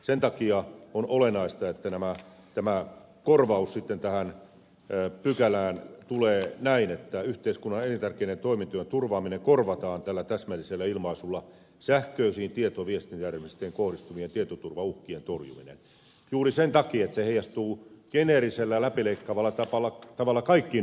sen takia on olennaista että tämä korvaus tähän pykälään tulee sitten näin että yhteiskunnalle elintärkeiden toimintojen turvaaminen korvataan tällä täsmällisellä ilmaisulla sähköisiin tieto ja viestintäjärjestelmiin kohdistuvien tietoturvauhkien torjuminen juuri sen takia että se heijastuu geneerisellä läpileikkaavalla tavalla kaikkiin yhteiskunnan toimintoihin